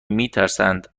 میترسند